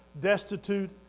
destitute